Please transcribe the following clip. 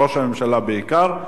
ראש הממשלה בעיקר,